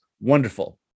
Wonderful